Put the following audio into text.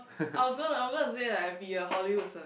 I was gonna I was gonna say like I be a Hollywood celeb